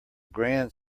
grand